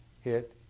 hit